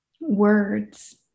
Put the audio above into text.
words